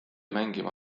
mängima